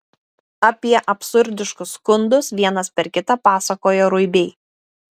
apie absurdiškus skundus vienas per kitą pasakojo ruibiai